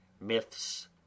myths